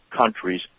countries